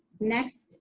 next